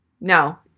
No